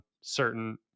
certain